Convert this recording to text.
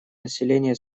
населения